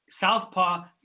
Southpaw